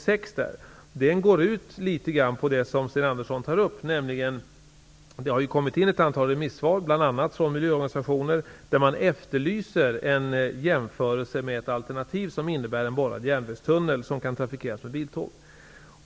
Punkt 6 där berör det som Sten Andersson tar upp. Det har kommit in ett antal remissvar, bl.a. från miljöorganisationer, där man efterlyser en jämförelse med ett alternativ som innebär en borrad järnvägstunnel som kan trafikeras med biltåg.